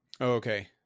okay